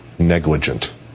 negligent